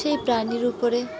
সেই প্রাণীর উপরে